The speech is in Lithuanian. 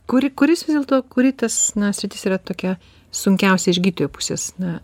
kuri kuris vis dėlto kuri tas na sritis yra tokia sunkiausia iš gydytojo pusės na